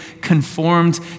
conformed